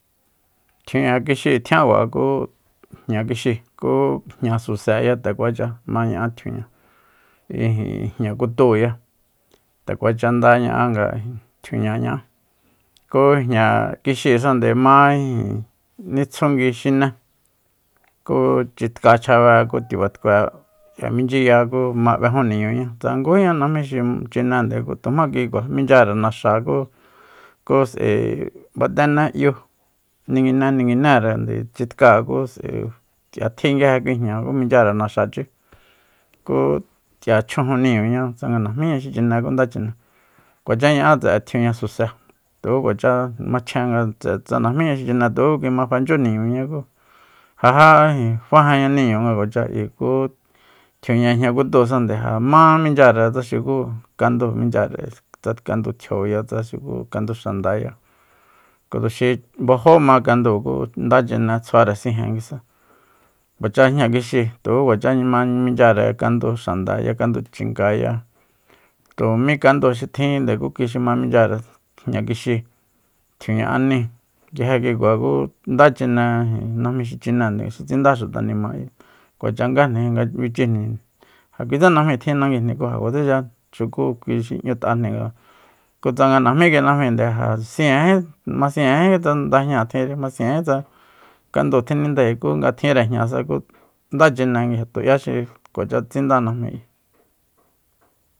Tjiuña kixi tjiankua ku jña kixíi ku jña suseya nde kuacha ma ña'a tjiuña ijin jña kutúuya nde kuacha nda ña'a nga tjiuña ña'á ku jña kixisande ma ijin nitsjungui xiné ku chitka chjabe ku tiba tkue k'ia michyiya ku ma b'ejun niñuñá tsa ngújíña najmi chinende ku tumá kuikua minchyare naxa ku- ku s'ae batené'yu ninguineninguinerende chitkáa ku s'ae k'ia tji nguije kui jña ku minchyare naxachi ku k'ia chjujun niñuñá tsanga najmíña xi chine ku nda chine kuacha ña'á tse'e tjiuña suse tuku kuacha machjen tse'e tsanga najmíña xi chine ja tuku kui ma fanchyú niñuña ku ja já fajenña niñuñá nga kuacha ayi ku tjiuña jñakutúusajande ja má minchyare tsa xuku kandú minchyare tsa kandu tjioya tsa nxuku kandu xandaya ku tuxi bajó ma kandúu ku nda chine tsjuare sijen nguisa kuacha jña kixíi tuku kuacha ma minchyare kandu xandaya kandu chingaya tu mí kandu xi tjinde ku kui xi ma minchyare jña kixíi tjiuña aníi nguije kuikua ku nad chine ijin najmi xi chinéende xi tsinda xuta nima ayi kuacha ngajni jin nga bichijnijíin ja kuitse najmi tjin nanguijni ku ja kuatsecha xuku kui xi 'ñu'tajnijin kun tsanga najmí kui najminde ja sijenjí ma sijenjí tsa ndajña tjinri masijenjí tsa kandúu tjinindae ku nga tjinre jñasa ku nda chine nguije tu'ya xi kuacha tsindá najmi